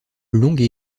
longue